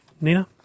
Nina